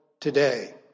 today